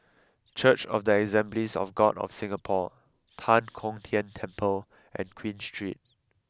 Church of the Assemblies of God of Singapore Tan Kong Tian Temple and Queen Street